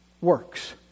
works